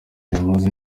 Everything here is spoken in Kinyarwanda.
bimaze